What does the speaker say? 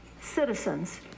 citizens